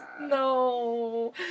no